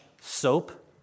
soap